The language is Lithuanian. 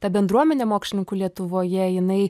ta bendruomenė mokslininkų lietuvoje jinai